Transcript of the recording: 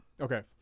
Okay